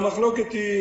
והמחלוקת היא,